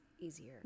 easier